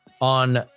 on